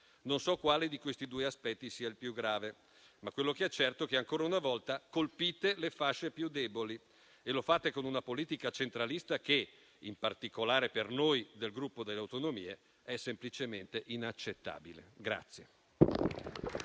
Non so quale di questi due aspetti sia il più grave. Ma quello che è certo è che ancora una volta colpite le fasce più deboli e lo fate con una politica centralista che, in particolare per noi del Gruppo Per le Autonomie (SVP-Patt, Campobase,